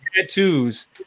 tattoos